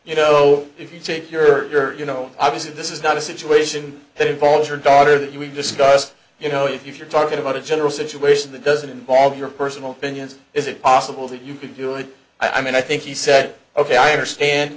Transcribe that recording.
you know if you take your you know obviously this is not a situation that involves your daughter that we discussed you know if you're talking about a general situation that doesn't involve your personal opinions is it possible that you can do it i mean i think he said ok i understand